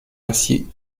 ainsi